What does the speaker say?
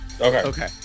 Okay